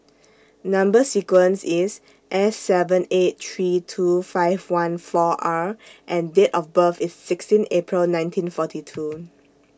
Number sequence IS S seven eight three two five one four R and Date of birth IS sixteen April nineteen forty two